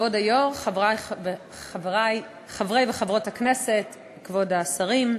כבוד היושב-ראש, חברי וחברות הכנסת, כבוד השרים,